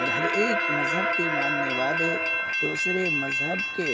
اور ہر ایک مذہب کے ماننے والے دوسرے مذہب کے